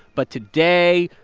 but today,